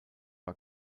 war